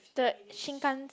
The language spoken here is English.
the Shinkan